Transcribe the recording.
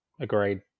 agreed